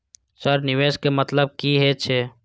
Sir निवेश के मतलब की हे छे?